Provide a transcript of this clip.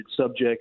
subjects